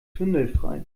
schwindelfrei